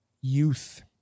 youth